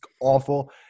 awful